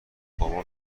بابام